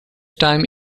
time